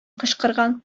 кычкырган